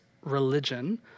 religion